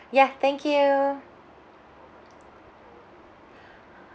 ya thank you